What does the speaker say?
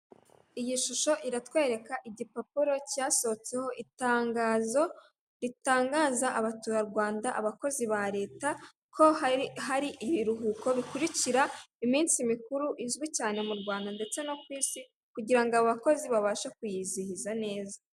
Iyi shusho iratwereka igipapuro cyasohotseho itangazo ritangariza abaturarwanda, abakozi ba leta, ko hari hari ibiruhuko bikurikira: iminsi mikuru izwi cyane mu Rwanda ndetse no ku isi, kugirango abakozi babashe kuyizihiza neza.